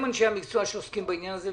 הם אנשי המקצוע שעוסקים בעניין הזה,